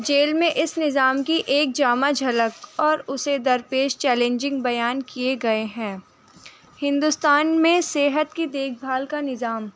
jail میں اس نظام کی ایک جامع جھلک اور اسے درپیش چیلنجنگ بیان کیے گئے ہیں ہندوستان میں صحت کی دیکھ بھال کا نظام